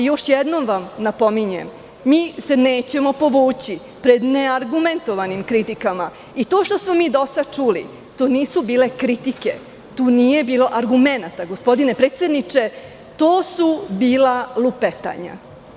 Još jednom vam napominjem, mi se nećemo povući pred neargumentovanim kritikama i to što smo mi do sada čuli, to nisu bile kritike, tu nije bilo argumenata, gospodine predsedniče, to su bila lupetanja.